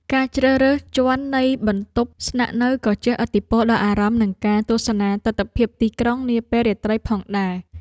ការជ្រើសរើសជាន់នៃបន្ទប់ស្នាក់នៅក៏ជះឥទ្ធិពលដល់អារម្មណ៍និងការទស្សនាទិដ្ឋភាពទីក្រុងនាពេលរាត្រីផងដែរ។